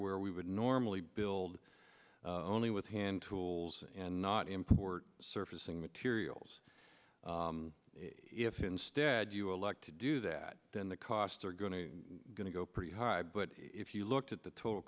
where we would normally build only with hand tools and not import surfacing materials if instead you elect to do that then the costs are going to going to go pretty high but if you look at the total